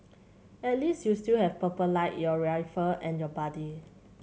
at least you still have Purple Light in your rifle and your buddy